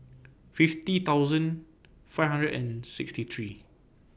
fifty thousand five hundred and sixty three